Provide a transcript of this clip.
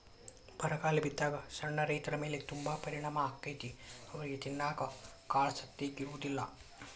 ಬರಗಾಲ ಬಿದ್ದಾಗ ಸಣ್ಣ ರೈತರಮೇಲೆ ತುಂಬಾ ಪರಿಣಾಮ ಅಕೈತಿ ಅವ್ರಿಗೆ ತಿನ್ನಾಕ ಕಾಳಸತೆಕ ಇರುದಿಲ್ಲಾ